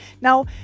now